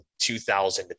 $2,000